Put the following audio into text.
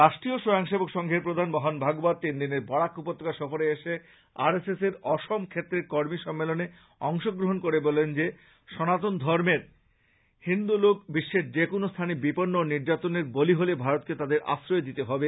রাষ্ট্রীয় স্বয়ং সেবক সংঘের প্রধান মোহন ভাগবত তিন দিনের বরাক উপত্যকা সফরে এসে আর এস এসর অসম ক্ষেত্রের কর্মী সম্মেলনে অংশগ্রহণ করে বলেন যে সনাতন ধর্মের হিন্দু লোক বিশ্বের যেকোনো স্থানে বিপন্ন ও নির্যাতনের বলি হলে ভারতকে তাদের আশ্রয় দিতে হবে